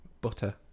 butter